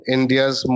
India's